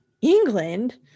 England